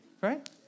right